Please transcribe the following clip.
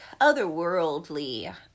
otherworldly